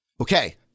Okay